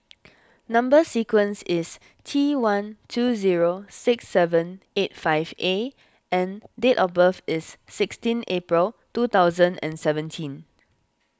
Number Sequence is T one two zero six seven eight five A and date of birth is sixteen April two thousand and seventeen